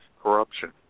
corruption